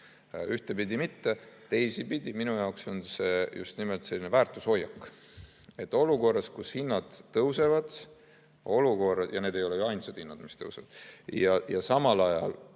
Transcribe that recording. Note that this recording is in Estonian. Ühtepidi mitte, aga teisipidi minu jaoks on see just nimelt selline väärtushoiak. Olukorras, kus hinnad tõusevad – ja need ei ole ju ainsad hinnad, mis tõusevad, samal ajal